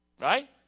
Right